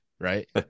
right